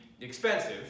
expensive